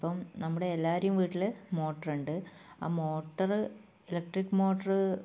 ഇപ്പം നമ്മുടെ എല്ലാവരുടെയും വീട്ടിൽ മോട്ടര് ഉണ്ട് ആ മോട്ടർ ഇലക്ട്രിക് മോട്ടോർ